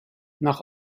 nach